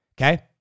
okay